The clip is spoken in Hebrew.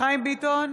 חיים ביטון,